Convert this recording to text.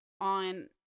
on